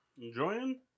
Enjoying